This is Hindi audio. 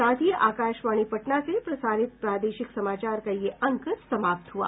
इसके साथ ही आकाशवाणी पटना से प्रसारित प्रादेशिक समाचार का ये अंक समाप्त हुआ